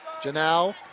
Janelle